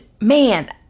Man